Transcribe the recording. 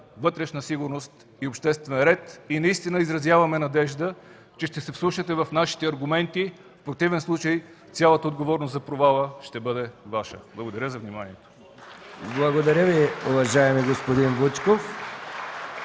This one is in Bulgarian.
„Вътрешна сигурност и обществен ред“. Наистина изразяваме надежда, че ще се вслушате в нашите аргументи, в противен случай цялата отговорност за провала ще бъде Ваша! Благодаря за вниманието.